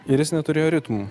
ir jis neturėjo ritmų